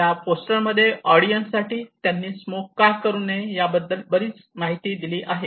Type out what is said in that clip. या पोस्टरमध्ये ऑडियन्स साठी त्यांनी स्मोक का करू नये याबद्दल बरीच माहिती दिली आहे